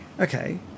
okay